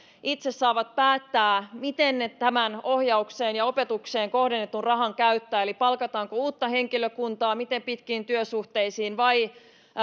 itse saavat päättää miten ne tämän ohjaukseen ja opetukseen kohdennetun rahan käyttävät eli palkataanko uutta henkilökuntaa miten pitkiin työsuhteisiin vai